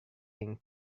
you